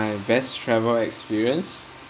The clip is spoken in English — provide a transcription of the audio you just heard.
my best travel experience